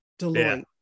Deloitte